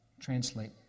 translate